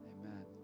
Amen